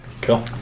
cool